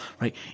right